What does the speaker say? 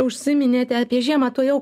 užsiminėte apie žiemą tuojau